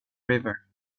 river